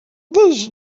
this